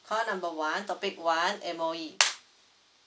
call number one topic one M_O_E